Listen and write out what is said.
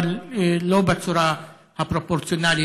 אבל לא בצורה הפרופורציונלית,